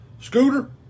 Scooter